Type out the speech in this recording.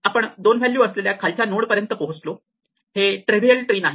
आपण 2 व्हॅल्यू असलेल्या खालच्या नोड पर्यंत पोहोचतो हे ट्रेव्हिअल ट्री नाही